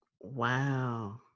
wow